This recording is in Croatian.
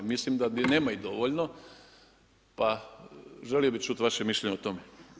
Mislim da ih nema dovoljno, pa želio bih čuti vaše mišljenje o tome.